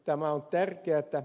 tämä on tärkeätä